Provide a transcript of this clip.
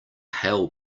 hail